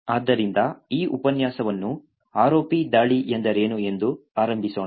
ಆದ್ದರಿಂದ ಈ ಉಪನ್ಯಾಸವನ್ನು ROP ದಾಳಿ ಎಂದರೇನು ಎಂದು ಆರಂಭಿಸೋಣ